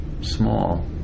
small